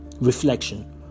reflection